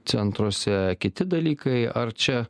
centruose kiti dalykai ar čia